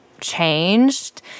changed